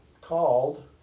called